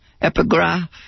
epigraph